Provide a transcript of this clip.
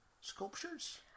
sculptures